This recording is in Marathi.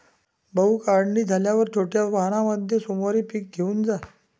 भाऊ, काढणी झाल्यावर छोट्या व्हॅनमध्ये सोमवारी पीक घेऊन जा